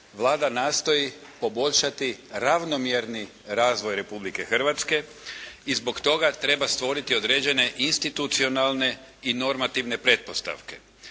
Vlada nastoji poboljšati ravnomjerni razvoj Republike Hrvatske i zbog toga treba stvoriti određene institucionalne i normativne pretpostavke.